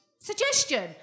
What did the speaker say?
Suggestion